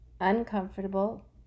uncomfortable